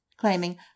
claiming